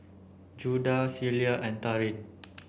Judah Celia and Taryn